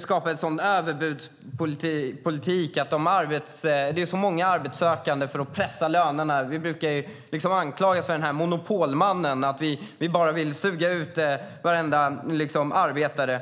skapar en överbudspolitik med många arbetssökande för att pressa lönerna. Vi anklagas för att vara som monopolmannen som bara vill suga ut varenda arbetare.